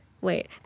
wait